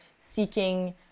seeking